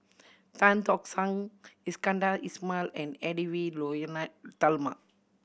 Tan Tock San Iskandar Ismail and Edwy Lyonet Talma